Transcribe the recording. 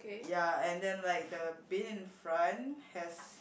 ya and then like the bin in front has